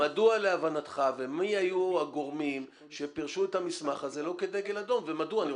מדוע להבנתך ומי היו הגורמים שפירשו את המסמך הזה לא כדגל אדום ומדוע.